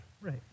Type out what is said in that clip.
Right